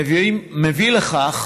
מביא לכך